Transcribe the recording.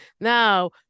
Now